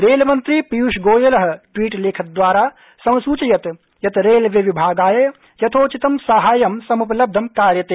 रेलमन्त्री पीयूषगोयल ट्वीटलेखद्वारा समसूचयत् यत् रेलवेविभागाय यथोचितं साहाय्यं सम्पलब्यं कार्यते